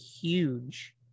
huge